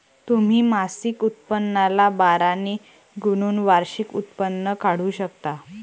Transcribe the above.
तुम्ही मासिक उत्पन्नाला बारा ने गुणून वार्षिक उत्पन्न काढू शकता